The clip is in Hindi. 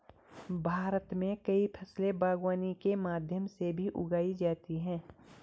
भारत मे कई फसले बागवानी के माध्यम से भी उगाई जाती है